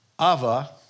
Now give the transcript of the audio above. Ava